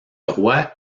roi